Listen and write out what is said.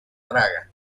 traga